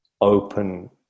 open